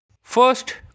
First